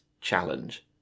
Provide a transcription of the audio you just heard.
challenge